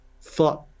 thought